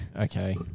Okay